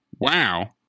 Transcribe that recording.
wow